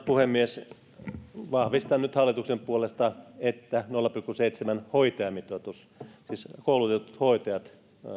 puhemies vahvistan nyt hallituksen puolesta että nolla pilkku seitsemän hoitajamitoitus siis koulutetut hoitajat